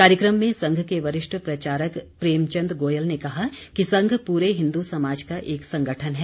कार्यक्रम में संघ के वरिष्ठ प्रचारक प्रेमचंद गोयल ने कहा कि संघ प्ररे हिन्दू समाज का एक संगठन है